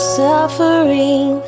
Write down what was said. suffering